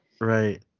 right